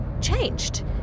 changed